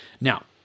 Now